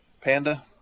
panda